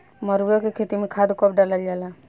मरुआ के खेती में खाद कब डालल जाला?